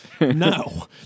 No